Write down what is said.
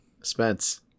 Spence